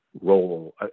role